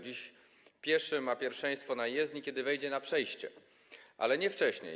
Dziś pieszy ma pierwszeństwo na jezdni, kiedy wejdzie na przejście, ale nie wcześniej.